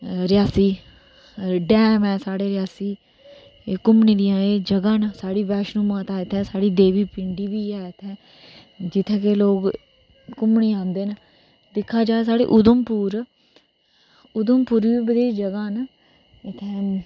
Reasi dam ऐ साढ़े ऐ साढ़े रियासी साढ़ी बैष्णो माता इत्थै साढ़ी देबी पिंडी ऐ जित्थै कि लोग घूमने गी आंदे न उधमपुर बी बथ्हेरी जगहां न